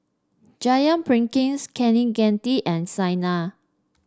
Jayaprakash Kaneganti and Saina